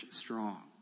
strong